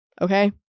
okay